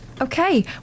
Okay